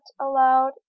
aloud